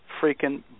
freaking